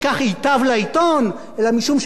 אלא משום שכך אני אנצח בתחרות,